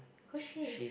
who's she